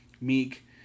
Meek